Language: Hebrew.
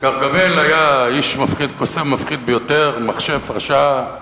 גרגמל היה איש מפחיד, קוסם מפחיד ביותר, מכשף רשע,